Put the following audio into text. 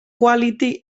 quality